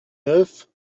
neuf